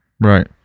Right